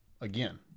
Again